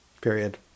period